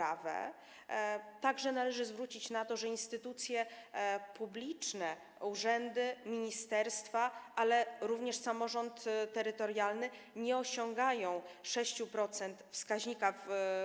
Należy także zwrócić uwagę na to, że instytucje publiczne, urzędy, ministerstwa, ale również samorząd terytorialny nie osiągają 6-procentowego wskaźnika